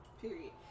period